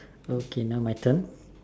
okay now my turn